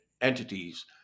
entities